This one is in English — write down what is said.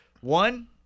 One